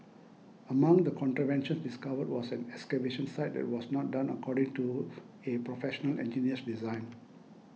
among the contraventions discovered was an excavation site that was not done according to a Professional Engineer's design